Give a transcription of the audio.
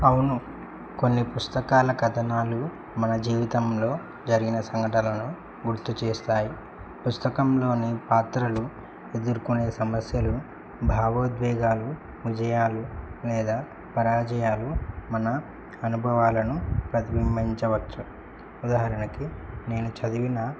అవును కొన్ని పుస్తకాల కథనాలు మన జీవితంలో జరిగిన సంఘటలను గుర్తు చేస్తాయి పుస్తకంలోని పాత్రలు ఎదుర్కొనే సమస్యలు భావోద్వేగాలు విజయాలు లేదా పరాజయాలు మన అనుభవాలను ప్రతిబింబించవచ్చు ఉదాహరణకి నేను చదివిన